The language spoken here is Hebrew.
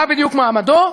מה בדיוק מעמדו?